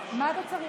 לדבר,